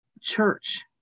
church